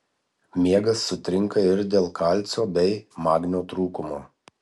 miegas sutrinka ir dėl kalcio bei magnio trūkumo